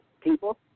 People